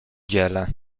dziele